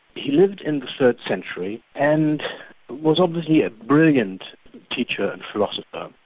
he lived in the third century, and was obviously a brilliant teacher and philosopher.